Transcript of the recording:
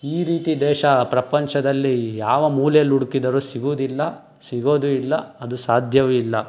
ಈ ರೀತಿ ದೇಶ ಪ್ರಪಂಚದಲ್ಲಿ ಯಾವ ಮೂಲೆಯಲ್ಲಿ ಹುಡುಕಿದರು ಸಿಗೋದಿಲ್ಲ ಸಿಗೋದು ಇಲ್ಲ ಅದು ಸಾಧ್ಯವೂ ಇಲ್ಲ